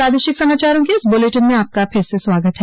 प्रादेशिक समाचारों के इस बुलेटिन में आपका फिर से स्वागत है